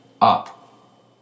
up